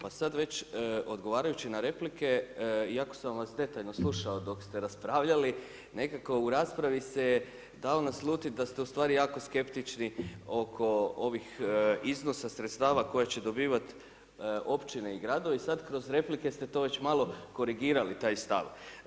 Pa sad već, odgovarajući na replike, iako sam vas detaljno slušao dok ste raspravljali, nekako u raspravi se dalo naslutiti da ste ustvari jako skeptični oko ovih iznosa sredstava koje će dobivati općine i gradovi, sad kroz replike ste to već malo korigirali taj stav.